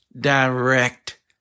direct